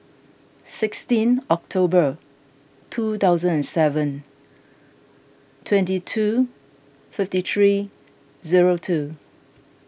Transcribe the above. sixteenth October two thousand and seven twenty two fifty three zero two